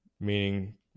meaning